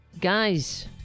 guys